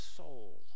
soul